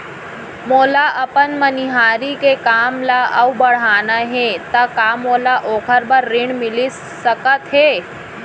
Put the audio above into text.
मोला अपन मनिहारी के काम ला अऊ बढ़ाना हे त का मोला ओखर बर ऋण मिलिस सकत हे?